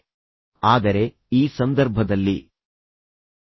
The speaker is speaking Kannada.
ಮುಖಾಮುಖಿ ಸಂವಹನದಲ್ಲಿ ನಿಮ್ಮ ಮುಂದೆ ಇರುವ ವ್ಯಕ್ತಿಯನ್ನು ನೀವು ನೋಡುತ್ತೀರಿ